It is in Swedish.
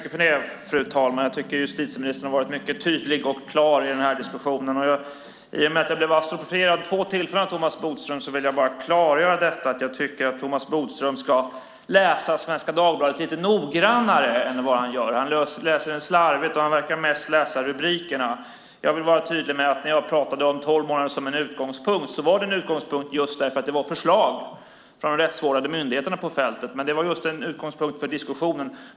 Fru talman! Jag tycker att justitieministern har varit mycket tydlig och klar i den här diskussionen. I och med att jag blev apostroferad vid två tillfällen av Thomas Bodström vill jag klargöra att jag tycker att Thomas Bodström ska läsa Svenska Dagbladet lite noggrannare än han gör. Han läser den slarvigt och verkar mest läsa rubrikerna. Jag vill vara tydlig med att när jag pratade om tolv månader som en utgångspunkt var det en utgångspunkt just därför att det var ett förslag från de rättsvårdande myndigheterna på fältet. Det var just en utgångspunkt för diskussionen.